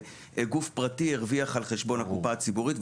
והגוף הפרטי ירוויח על חשבון הקופה הציבורית,